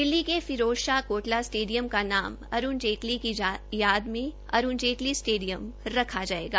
दिल्ली के फिरोज़शाह कोटला स्टेडियम का नाम अरूण जेटली की याद में अरूण जेतली स्टेडियम रखा जायेगा